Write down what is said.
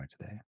today